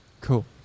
cool